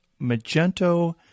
Magento